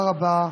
תודה רבה.